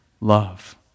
love